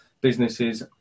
businesses